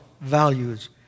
values